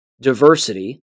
diversity